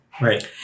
right